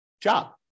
job